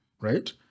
right